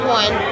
one